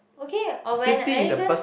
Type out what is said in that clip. okay or when are you goin~